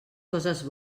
coses